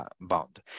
bound